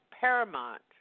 paramount